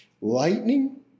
Lightning